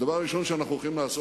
הדבר הראשון שאנחנו הולכים לעשות,